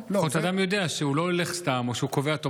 לפחות אתה גם יודע שהוא לא הולך סתם או שהוא קובע תור.